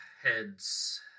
heads